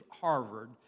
Harvard